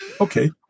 okay